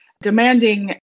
demanding